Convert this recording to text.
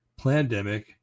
plandemic